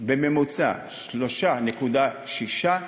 בממוצע 3.6,